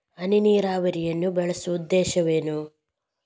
ಹನಿ ನೀರಾವರಿಯನ್ನು ಬಳಸುವ ಉದ್ದೇಶವೇನು?